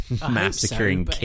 massacring